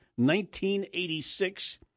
1986